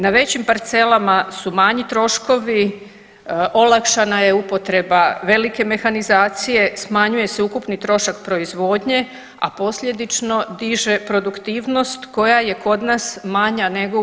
Na većim parcelama su manji troškovi, olakšana je upotreba velike mehanizacije, smanjuje se ukupni trošak proizvodnje, a posljedično diže produktivnost koja je kod nas manja nego u EU.